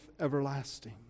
everlasting